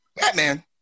Batman